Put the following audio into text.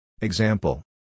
Example